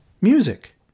Music